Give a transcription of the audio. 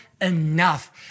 enough